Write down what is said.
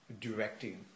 directing